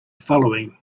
following